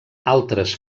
altres